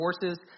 horses